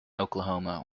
oklahoma